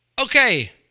okay